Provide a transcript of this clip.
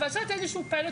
אבל זאת איזשהו פיילוט,